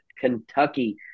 Kentucky